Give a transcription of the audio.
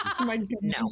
No